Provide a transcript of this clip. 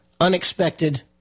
unexpected